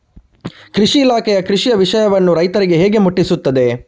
ಕೃಷಿ ಇಲಾಖೆಯು ಕೃಷಿಯ ವಿಷಯವನ್ನು ರೈತರಿಗೆ ಹೇಗೆ ಮುಟ್ಟಿಸ್ತದೆ?